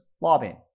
lobbying